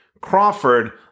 Crawford